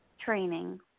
Training